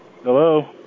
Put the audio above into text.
Hello